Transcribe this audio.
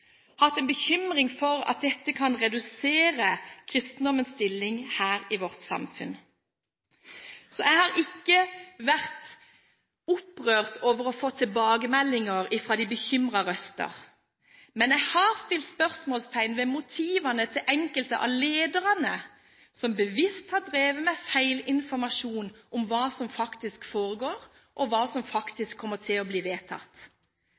for at dette kan redusere kristendommens stilling her i vårt samfunn. Jeg har ikke vært opprørt over å få tilbakemeldinger fra de bekymrede røstene, men jeg har satt spørsmålstegn ved motivene til enkelte av de lederne som bevisst har drevet med feilinformasjon om hva som faktisk foregår, og hva som faktisk kommer til å bli vedtatt.